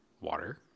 water